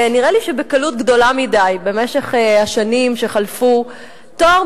ונראה לי שבקלות גדולה מדי במשך השנים שחלפו טוהר